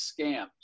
scams